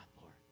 lord